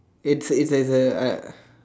it's it's as as A I